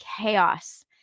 chaos